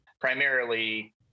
primarily